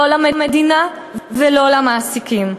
לא למדינה ולא למעסיקים.